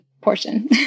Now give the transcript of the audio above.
portion